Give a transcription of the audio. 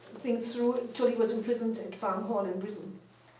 thing through until he was imprisoned at farm hall in britain.